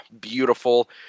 beautiful